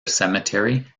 cemetery